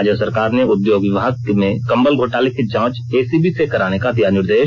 राज्य सरकार ने उद्योग विभाग में कंबल घोटाले की जांच एसीबी से कराने का दिया निर्देश